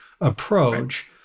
approach